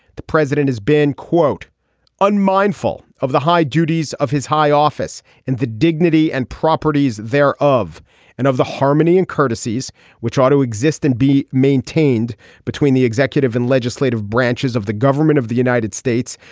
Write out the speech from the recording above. the president has been quote unmindful of the high duties of his high office and the dignity and properties there of and of the harmony and courtesies which ought to exist and be maintained between the executive and legislative branches of the government of the united states.